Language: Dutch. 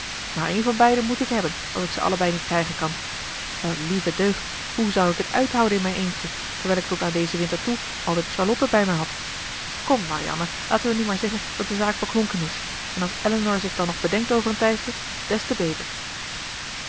maar een van beiden moet ik hebben als ik ze allebei niet krijgen kan wel lieve deugd hoe zou ik het uithouden in mijn eentje terwijl ik tot aan dezen winter toe altijd charlotte bij mij had kom marianne laten wij nu maar zeggen dat de zaak beklonken is en als elinor zich dan nog bedenkt over een tijdje des te beter